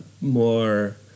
more